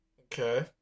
Okay